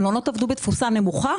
המלונות עבדו בתפוסה נמוכה,